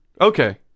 Okay